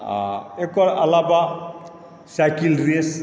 आ एकर अलावा साइकिल रेस